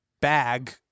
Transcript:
bag